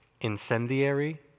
Incendiary